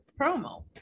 promo